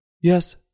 Yes